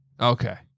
Okay